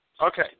Okay